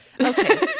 Okay